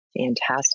Fantastic